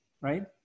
right